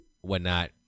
whatnot